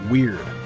Weird